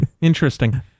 Interesting